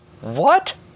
What